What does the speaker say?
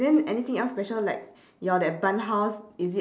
then anything else special like your that barn house is it